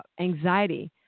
anxiety